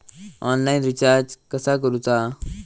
Online recharge कसा करूचा?